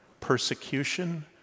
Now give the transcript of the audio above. Persecution